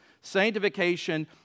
Sanctification